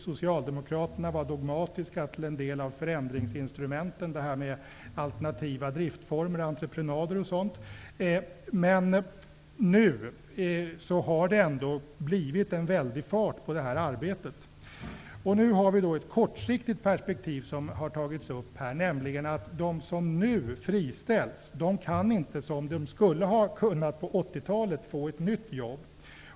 Socialdemokraterna var dogmatiskt inställda till en del av förändringsinstrumenten -- alternativa driftsformer, entreprenader och sådant -- men nu har det ändå blivit en väldig fart på arbetet. Ett kortsiktigt perspektiv som har tagits upp här gäller att de som nu friställs inte, som hade varit fallet på 80-talet, kan få nya jobb.